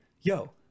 Yo